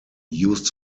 used